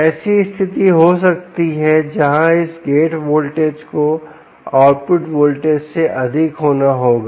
ऐसी स्थिति हो सकती है जहां इस गेट वोल्टेज को आउटपुट वोल्टेज से अधिक होना होगा